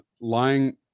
lying